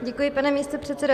Děkuji, pane místopředsedo.